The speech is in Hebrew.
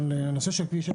אבל נושא של כביש 6,